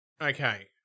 Okay